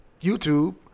YouTube